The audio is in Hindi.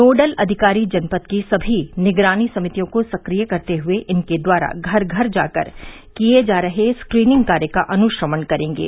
नोडल अधिकारी जनपद की सभी निगरानी समितियों को सक्रिय करते हुए इनके द्वारा घर घर जाकर किये जा रहे स्क्रीनिंग कार्य का अनुश्रवण करेंगे